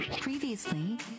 Previously